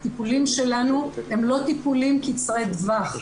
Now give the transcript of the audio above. הטיפולים שלנו הם לא טיפולים קצרי טווח,